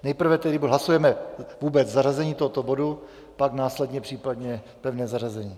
Nejprve tedy hlasujeme vůbec zařazení tohoto bodu, pak následně případně pevné zařazení.